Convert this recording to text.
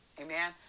amen